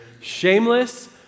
shameless